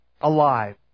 alive